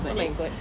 oh my god